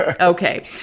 Okay